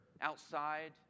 outside